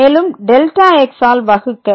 மேலும் Δx ஆல் வகுக்க